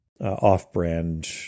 off-brand